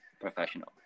professional